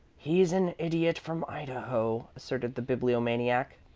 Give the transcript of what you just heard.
he's an idiot from idaho, asserted the bibliomaniac.